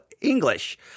English